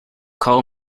call